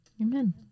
Amen